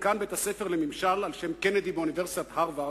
דיקן בית-הספר לממשל על שם קנדי באוניברסיטת הרווארד,